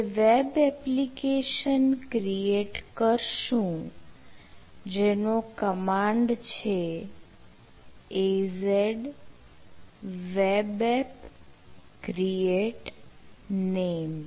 હવે web application create કરશું જેનો કમાન્ડ છે az webapp create name